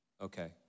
okay